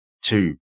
two